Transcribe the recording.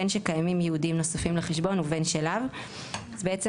בין שקיימים ייעודים נוספים לחשבון ובין שלאו; בעצם